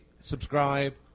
Subscribe